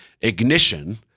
ignition